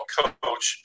coach